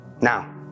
now